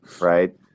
right